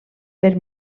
per